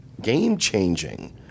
game-changing